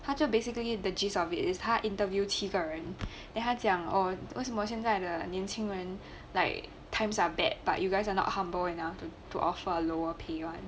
他说 basically the gist of it is 他 interview 七个人 then 他讲哦为什么现在的年轻人 like times are bad but you guys are not humble enough to to offer a lower pay one